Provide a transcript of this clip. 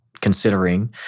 considering